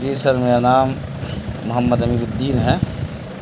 جی sir میرا نام محمد امین الدین ہے